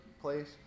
place